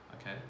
okay